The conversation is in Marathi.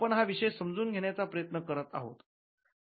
आपण हा विषय समजून घेण्याचा प्रयत्न करत आहोत